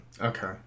Okay